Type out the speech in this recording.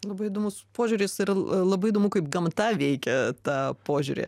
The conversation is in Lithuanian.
labai įdomus požiūris ir labai įdomu kaip gamta veikia tą požiūrį